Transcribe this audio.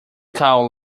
cow